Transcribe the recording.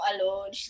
alone